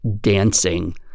dancing